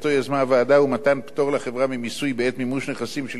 הוא מתן פטור לחברה ממיסוי בעת מימוש נכסים של נספי השואה על-ידה.